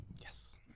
Yes